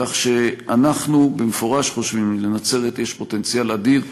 כך שאנחנו במפורש חושבים שלנצרת יש פוטנציאל אדיר,